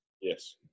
Yes